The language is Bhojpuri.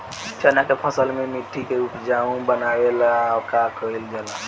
चन्ना के फसल में मिट्टी के उपजाऊ बनावे ला का कइल जाला?